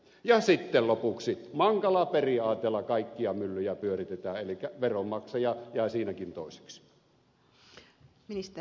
ja sitten lopuksi mankala periaatteella kaikkia myllyjä pyöritetään elikkä veronmaksaja jää siinäkin toiseksi